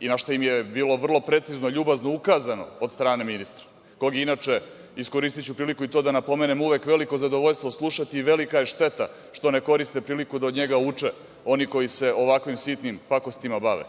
i na šta im je bilo vrlo precizno, ljubazno ukazano od strane ministra, koga inače, iskoristiću priliku i to da napomenem, uvek je veliko zadovoljstvo slušati i velika je šteta što ne koriste priliku da od njega uče oni koji se ovakvim sitnim pakostima bave,